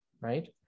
right